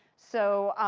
so